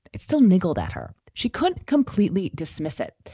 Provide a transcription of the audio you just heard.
it's still niggled at her. she couldn't completely dismiss it.